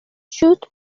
shoot